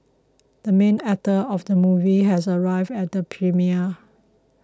the main actor of the movie has arrived at the premiere